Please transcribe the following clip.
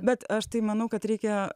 bet aš tai manau kad reikia